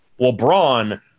LeBron